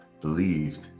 believed